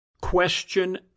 Question